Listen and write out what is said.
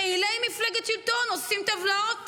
פעילי מפלגת שלטון עושים טבלאות